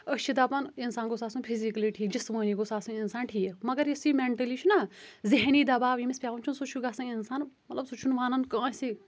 أسۍ چھِ دَپان اِنسان گوٛژھ آسُن فِزِکلی ٹھیٖک جِسمٲنی گوژھ آسُن اِنسان ٹھیٖک مگر یُس یہِ مینٹٕلی چُھ نا ذٮ۪ہنی دَباو ییٚمِس پٮ۪وان چھُ سُہ چھُ گَژھان انسان مطلَب سُہ چھُ نہٕ مانَن کٲنٛسے